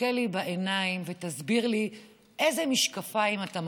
תסתכל לי בעיניים ותסביר לי איזה משקפיים אתה מרכיב.